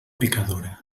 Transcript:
pecadora